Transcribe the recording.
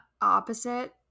opposite